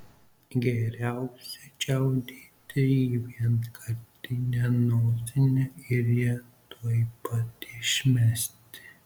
geriausia čiaudėti į vienkartinę nosinę ir ją tuoj pat išmesti